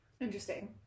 Interesting